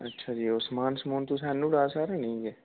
अच्छा जी समान समून तुसें आह्नी ओड़ा दा सारा जाइयै